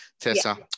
Tessa